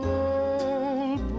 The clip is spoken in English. old